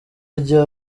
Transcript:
rya